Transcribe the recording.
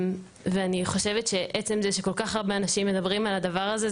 ואני חושבת שעצם זה שכל כך הרבה אנשים מדברים על הדבר הזה,